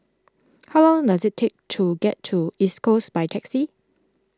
how long does it take to get to East Coast by taxi